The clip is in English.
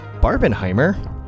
Barbenheimer